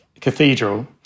cathedral